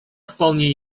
вполне